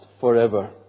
forever